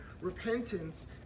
repentance